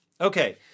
Okay